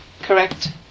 Correct